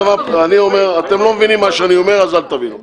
אתם לא מבינים את מה שאני אומר אז אל תבינו.